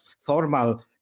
formal